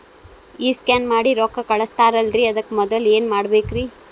ಈ ಸ್ಕ್ಯಾನ್ ಮಾಡಿ ರೊಕ್ಕ ಕಳಸ್ತಾರಲ್ರಿ ಅದಕ್ಕೆ ಮೊದಲ ಏನ್ ಮಾಡ್ಬೇಕ್ರಿ?